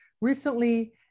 recently